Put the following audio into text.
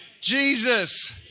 Jesus